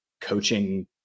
coaching